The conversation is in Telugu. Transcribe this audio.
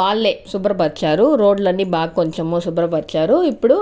వాళ్ళే శుభ్రపరిచారు రోడ్ లన్నీ బాగా కొంచెం శుభ్రపరిచారు ఇప్పుడు